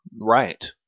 Right